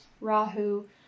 Rahu